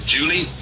Julie